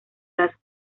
las